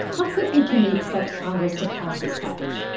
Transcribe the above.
how quickly can we expect congress to pass this package?